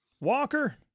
Walker